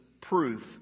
proof